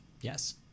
yes